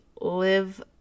live